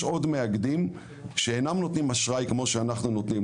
ישנם עוד מאגדים שאינם נותנים אשראי כמו שאנחנו נותנים,